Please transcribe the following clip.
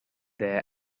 their